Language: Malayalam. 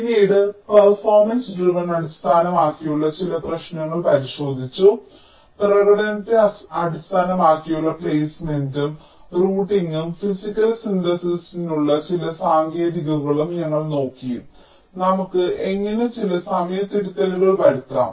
പിന്നീട് പെർഫോമൻസ് ഡ്രൈവൻ അടിസ്ഥാനമാക്കിയുള്ള ചില പ്രശ്നങ്ങൾ ഞങ്ങൾ പരിശോധിച്ചു പ്രകടനത്തെ അടിസ്ഥാനമാക്കിയുള്ള പ്ലെയ്സ്മെന്റും റൂട്ടിംഗും ഫിസിക്കൽ സിന്തെസിസ് നുള്ള ചില സാങ്കേതികതകളും ഞങ്ങൾ നോക്കി നമുക്ക് എങ്ങനെ ചില സമയ തിരുത്തലുകൾ വരുത്താം